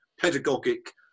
pedagogic